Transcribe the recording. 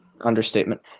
Understatement